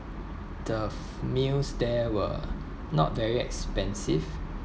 the meals there were not very expensive